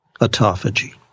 autophagy